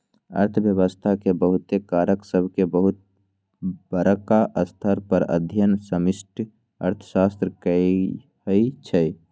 अर्थव्यवस्था के बहुते कारक सभके बहुत बरका स्तर पर अध्ययन समष्टि अर्थशास्त्र कहाइ छै